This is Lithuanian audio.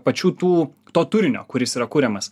pačių tų to turinio kuris yra kuriamas